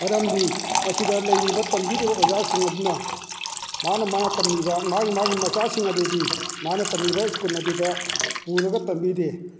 ꯃꯔꯝꯗꯤ ꯃꯁꯤꯗ ꯂꯩꯔꯤꯕ ꯇꯝꯕꯤꯔꯤꯕ ꯑꯣꯖꯥꯁꯤꯡ ꯑꯗꯨꯅ ꯃꯥꯅ ꯃꯥꯅ ꯇꯝꯃꯤꯕ ꯃꯥꯒꯤ ꯃꯥꯒꯤ ꯃꯆꯥꯁꯤꯡ ꯑꯗꯨꯗꯤ ꯃꯥꯅ ꯇꯝꯃꯤꯕ ꯏꯁꯀꯨꯜ ꯑꯗꯨꯗ ꯄꯨꯔꯒ ꯇꯝꯕꯤꯗꯦ